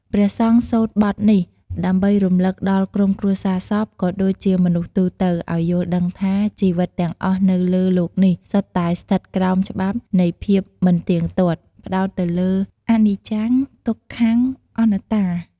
ព្រះសង្ឃសូត្របទនេះ ដើម្បីរំលឹកដល់ក្រុមគ្រួសារសព ក៏ដូចជាមនុស្សទូទៅ ឲ្យយល់ដឹងថា ជីវិតទាំងអស់នៅលើលោកនេះ សុទ្ធតែស្ថិតក្រោមច្បាប់នៃភាពមិនទៀងទាត់ ផ្ដោតទៅលើ អនិច្ចំ ទុក្ខំ អនត្តា។